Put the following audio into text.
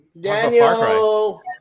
Daniel